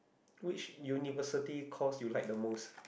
which university course you like the most